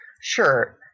Sure